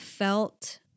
Felt